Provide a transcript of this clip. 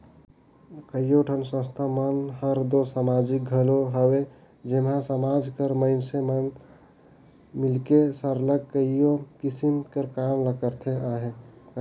कइयो ठन संस्था मन हर दो समाजिक घलो हवे जेम्हां समाज कर मइनसे मन मिलके सरलग कइयो किसिम कर काम करत अहें